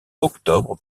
octobre